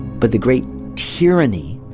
but the great tyranny,